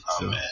Amen